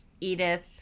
Edith